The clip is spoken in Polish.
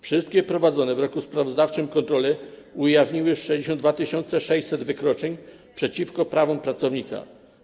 Wszystkie prowadzone w roku sprawozdawczym kontrole ujawniły 62 600 wykroczeń przeciwko prawom pracownika.